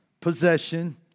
possession